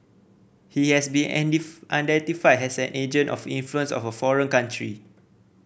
he has been identified as an agent of influence of foreign country